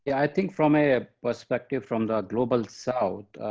i think from a perspective from the global south,